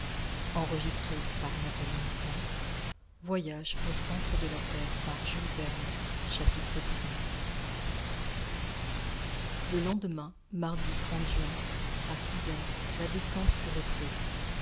xix le lendemain mardi juin à six heures la descente fut reprise